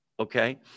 Okay